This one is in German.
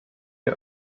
der